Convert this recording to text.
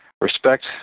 respect